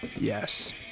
Yes